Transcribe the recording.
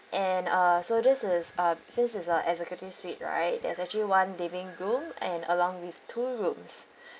and uh so this is uh since it's a executive suite right there's actually one living room and along with two rooms